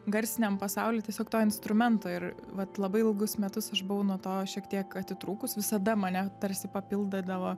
garsiniam pasauly tiesiog to instrumento ir vat labai ilgus metus aš buvau nuo to šiek tiek atitrūkus visada mane tarsi papildydavo